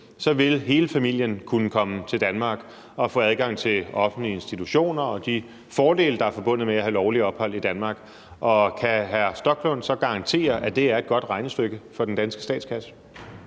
så vil hele familien kunne komme til Danmark og få adgang til offentlige institutioner og de fordele, der er forbundet med at have lovligt ophold i Danmark? Og kan hr. Rasmus Stoklund så garantere, at det er et godt regnestykke for den danske statskasse?